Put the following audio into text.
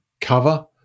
cover